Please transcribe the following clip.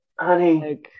Honey